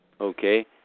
Okay